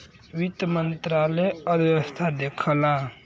वित्त मंत्रालय अर्थव्यवस्था देखला